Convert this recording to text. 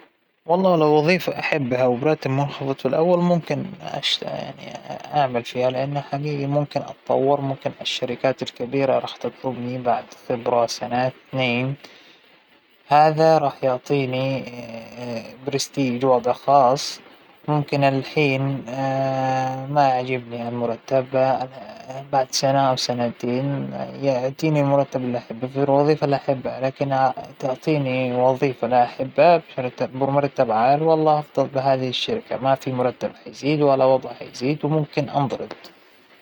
الحياة إلها متطلباتها، وخلينى أحكى نصيحة قديمة، حب ما تعمل حتى تعمل ما تحب، أعتقد إنى لو انا عندى شى دخل ثابت من محل ثانى بختارالوظيفة اللى بحبها، لكن لو أنى بعتمد بشكل أساسى على هاى الوظيفة راح أختار طبعا الراتب الأعلى.